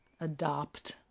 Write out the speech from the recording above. adopt